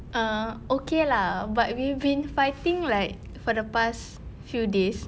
err okay lah but we've been fighting like for the past few days